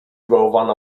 bałwana